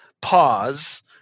pause